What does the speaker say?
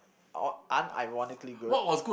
uh unironically good